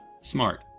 Smart